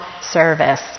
service